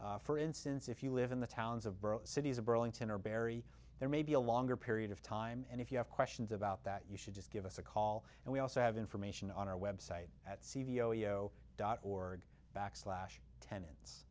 for instance if you live in the towns of cities of burlington or bury there may be a longer period of time and if you have questions about that you should just give us a call and we also have information on our website at c v ojo dot org backslash tenants